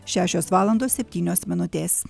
šešios valandos septynios minutės